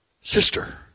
sister